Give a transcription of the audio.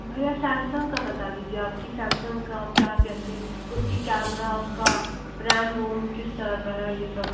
भैया सैमसंग का बता दीजिए आपकी सैमसंग का क्या कैसे उसका कैमरा उसका रैम रोम किस तरह का है ये सब